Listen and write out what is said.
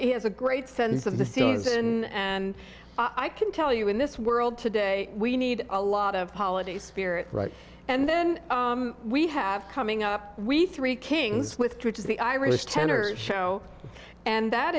he has a great sense of the season and i can tell you in this world today we need a lot of holiday spirit right and then we have coming up we three kings with the irish tenor show and that